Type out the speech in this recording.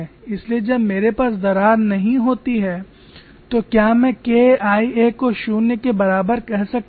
इसलिए जब मेरे पास दरार नहीं होती है तो क्या मैं KIa को शून्य के बराबर कह सकता हूं